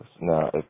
Now